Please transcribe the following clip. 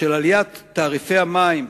של עליית תעריפי המים,